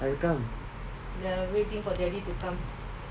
I come